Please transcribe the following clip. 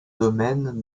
domaine